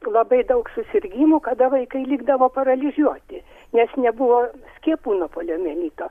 labai daug susirgimų kada vaikai likdavo paralyžiuoti nes nebuvo skiepų nuo poliomielito